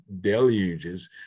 deluges